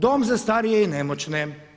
Dom za starije i nemoćne.